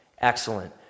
Excellent